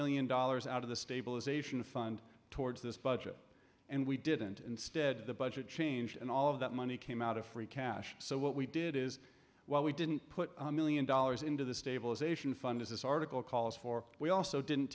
million dollars out the stabilization fund towards this budget and we didn't instead the budget changed and all of that money came out of free cash so what we did is while we didn't put a million dollars into the stabilization fund as this article calls for we also didn't